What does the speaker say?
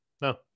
No